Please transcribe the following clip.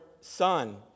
son